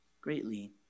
greatly